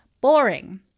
boring